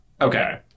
Okay